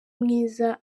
mwiza